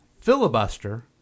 filibuster